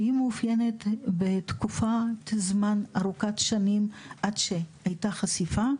שהיא מאופיינת בתקופת זמן ארוכת שנים עד שהייתה חשיפה,